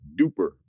duper